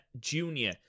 Junior